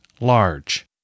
large